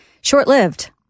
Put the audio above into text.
Short-lived